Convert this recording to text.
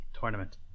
tournament